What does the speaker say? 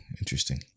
Interesting